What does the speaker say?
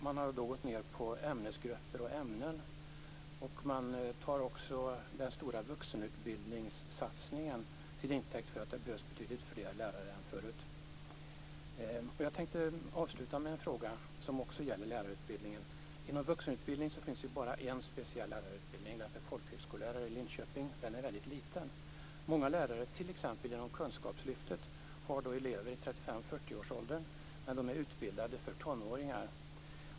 Man har gått ned på ämnesgrupper och ämnen och tar den stora vuxenutbildningssatsningen till intäkt för att det behövs betydligt fler lärare än förut. Jag tänkte avsluta med en fråga som gäller lärarutbildningen. Inom vuxenutbildning finns bara en speciell lärarutbildning, folkskollärarutbildningen i Linköping. Den är väldigt liten. Många lärare t.ex. inom kunskapslyftet har elever i 35-40-årsåldern, men lärarna är utbildade för att lära tonåringar.